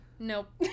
nope